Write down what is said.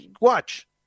watch